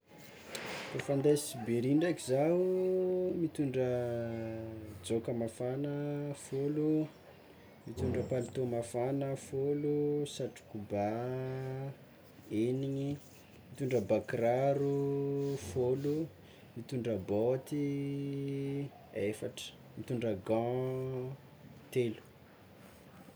Kôfa ande Siberia ndraiky zaho, mito, ndra jaoka mafana folo, mitondra palitô mafana folo, satroko bà eniny, mitondra bakiraro fôlo, mitondra bôty efatry, mitondra gant telo.